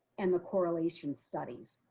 and the correlation studies.